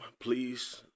please